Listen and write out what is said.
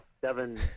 Seven